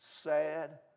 sad